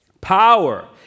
Power